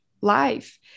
life